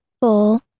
full